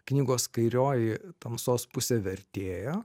knygos kairioji tamsos pusė vertėją